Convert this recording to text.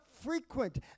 frequent